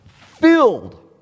filled